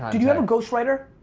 did you have a ghostwriter?